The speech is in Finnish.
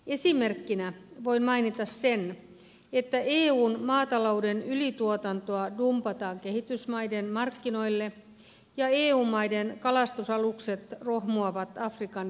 esimerkkinä voin mainita sen että eun maatalouden ylituotantoa dumpataan kehitysmaiden markkinoille ja eu maiden kalastus alukset rohmuavat afrikan vesillä